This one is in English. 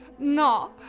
No